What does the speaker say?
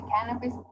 cannabis